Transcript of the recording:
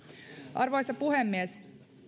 arvoisa puhemies